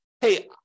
hey